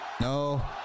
no